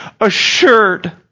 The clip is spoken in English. assured